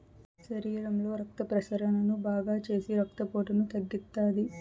శరీరంలో రక్త ప్రసరణను బాగాచేసి రక్తపోటును తగ్గిత్తాది